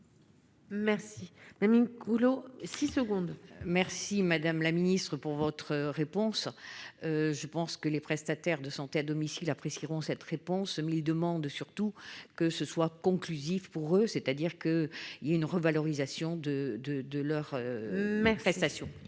Merci mamie Micouleau 6 secondes merci madame la ministre, pour votre réponse, je pense que les prestataires de santé à domicile apprécieront cette réponse : 1000 demandes, surtout que ce soit conclusif pour eux, c'est-à-dire que, il y a une revalorisation de 2 de leurs mains.